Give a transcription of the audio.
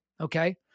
okay